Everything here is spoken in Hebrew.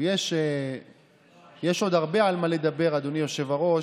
יש עוד הרבה על מה לדבר, אדוני היושב-ראש,